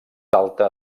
alta